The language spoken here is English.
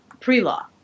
pre-law